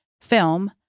film